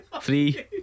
three